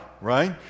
right